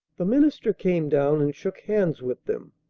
the minister came down and shook hands with them,